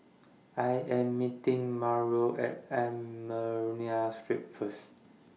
I Am meeting Mauro At Armenian Street First